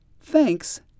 thanks